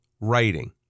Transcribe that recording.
Writing